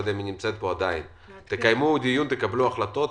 שתקבלו החלטות,